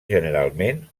generalment